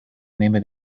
nehme